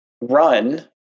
run